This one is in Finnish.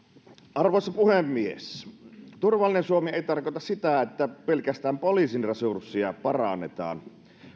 arvoisa puhemies turvallinen suomi ei tarkoita sitä että pelkästään poliisin resurssia parannetaan